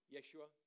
Yeshua